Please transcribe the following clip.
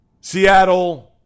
Seattle